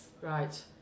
Right